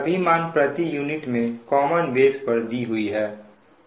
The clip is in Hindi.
सभी मान प्रति यूनिट में कॉमन बेस पर दी हुई है